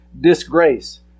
disgrace